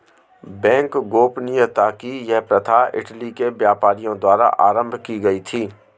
bank गोपनीयता की यह प्रथा इटली के व्यापारियों द्वारा आरम्भ की गयी थी